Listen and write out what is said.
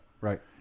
right